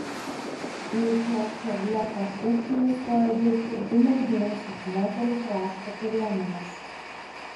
į džordžo vietą ūkyje stojo dirbti dvi merginos iš moterų krašto kariuomenės